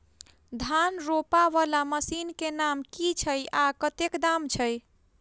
धान रोपा वला मशीन केँ नाम की छैय आ कतेक दाम छैय?